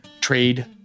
trade